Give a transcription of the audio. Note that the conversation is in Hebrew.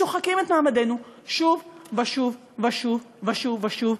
שוחקים את מעמדנו שוב ושוב ושוב ושוב ושוב,